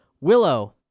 Willow